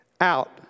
out